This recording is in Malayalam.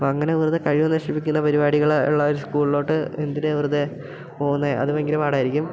അപ്പോഴങ്ങനെ വെറുതെ കഴിവു നശിപ്പിക്കുന്ന പരിപാടികൾ ഉള്ള ഒരു സ്കൂളിലോട്ട് എന്തിന് വെറുതെ പോകുന്നത് അത് ഭയങ്കര പാടായിരിക്കും